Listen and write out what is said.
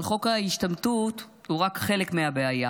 אבל חוק ההשתמטות הוא רק חלק מהבעיה.